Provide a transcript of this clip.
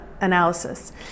analysis